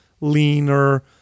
leaner